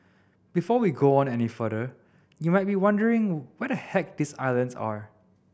before we go on any further you might be wondering where the heck these islands are